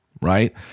right